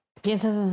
¿Piensas